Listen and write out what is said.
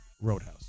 Roadhouse